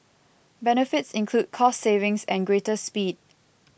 benefits include cost savings and greater speed